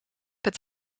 het